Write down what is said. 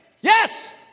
Yes